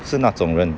是那种人